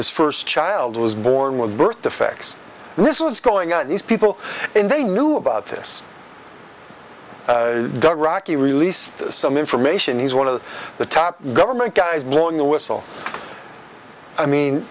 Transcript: his first child was born with birth defects and this was going on these people and they knew about this rocky released some information he's one of the top government guys long the whistle i mean